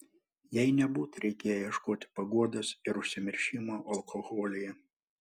jai nebūtų reikėję ieškoti paguodos ir užsimiršimo alkoholyje